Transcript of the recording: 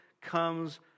comes